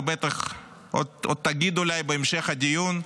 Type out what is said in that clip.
ובטח עוד תגיד אולי בהמשך הדיון,